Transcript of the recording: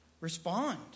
Respond